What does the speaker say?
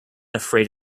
afraid